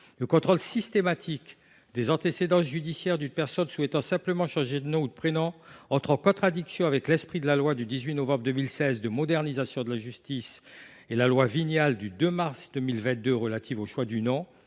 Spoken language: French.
Le contrôle systématique des antécédents judiciaires d’une personne souhaitant simplement changer de nom ou de prénom entre en contradiction avec l’esprit de la loi du 18 novembre 2016 de modernisation de la justice du XXI siècle et de la loi Vignal,